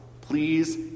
Please